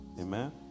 Amen